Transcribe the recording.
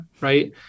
right